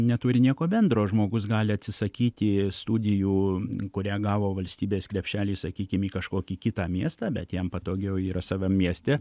neturi nieko bendro žmogus gali atsisakyti studijų kurią gavo valstybės krepšelį sakykim į kažkokį kitą miestą bet jam patogiau yra savam mieste